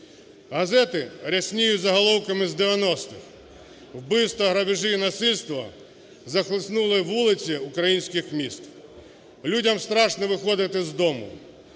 Газети рясніють заголовками з 90-х: вбивства, грабежі і насильство захлеснули вулиці українських міст, людям страшно виходити з дому.